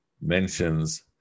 mentions